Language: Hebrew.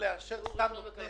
הם ראשי הגילדות הקטנות האלה.